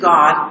God